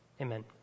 Amen